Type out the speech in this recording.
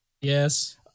Yes